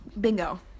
Bingo